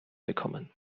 bekommen